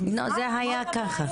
זה היה ככה.